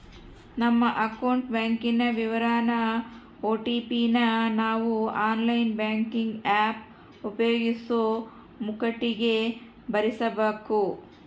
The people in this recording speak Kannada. ನಮ್ಮ ಅಕೌಂಟ್ ಬ್ಯಾಂಕಿನ ವಿವರಾನ ಓ.ಟಿ.ಪಿ ನ ನಾವು ಆನ್ಲೈನ್ ಬ್ಯಾಂಕಿಂಗ್ ಆಪ್ ಉಪಯೋಗಿಸೋ ಮುಂಕಟಿಗೆ ಭರಿಸಬಕು